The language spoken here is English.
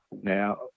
Now